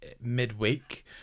midweek